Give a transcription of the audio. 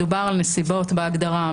מדובר על נסיבות בהגדרה,